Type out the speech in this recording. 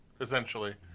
Essentially